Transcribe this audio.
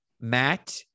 Matt